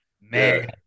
Man